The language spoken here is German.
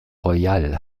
royal